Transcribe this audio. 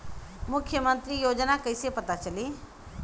मुख्यमंत्री योजना कइसे पता चली?